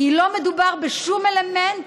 כי לא מדובר בשום אלמנט